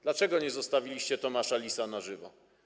Dlaczego nie zostawiliście „Tomasza Lisa na żywo”